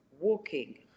walking